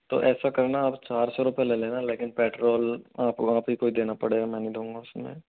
तो ऐसा करना आप चार सौ रुपए ले लेना लेकिन पेट्रोल आप आप ही को ही देना पड़ेगा मैं नहीं दूँगा उसमें